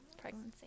pregnancy